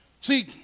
See